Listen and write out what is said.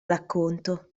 racconto